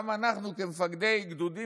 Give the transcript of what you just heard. גם אנחנו כמפקדי גדודים